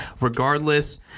regardless